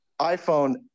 iPhone